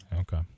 okay